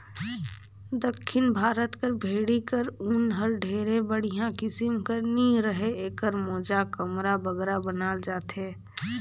दक्खिन भारत कर भेंड़ी कर ऊन हर ढेर बड़िहा किसिम कर नी रहें एकर मोजा, कमरा बगरा बनाल जाथे